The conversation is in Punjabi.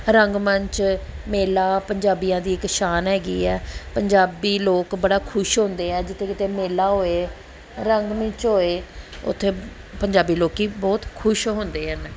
ਰੰਗਮੰਚ ਮੇਲਾ ਪੰਜਾਬੀਆਂ ਦੀ ਇੱਕ ਸ਼ਾਨ ਹੈਗੀ ਆ ਪੰਜਾਬੀ ਲੋਕ ਬੜਾ ਖੁਸ਼ ਹੁੰਦੇ ਆ ਜਿੱਥੇ ਜਿੱਥੇ ਮੇਲਾ ਹੋਏ ਰੰਗਮੰਚ ਹੋਏ ਉੱਥੇ ਪੰਜਾਬੀ ਲੋਕ ਬਹੁਤ ਖੁਸ਼ ਹੁੰਦੇ ਹਨ